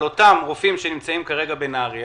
על אותם רופאים שנמצאים כרגע בנהריה